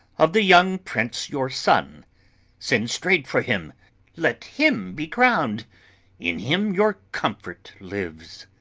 of the young prince your son send straight for him let him be crown'd in him your comfort lives.